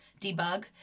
debug